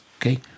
Okay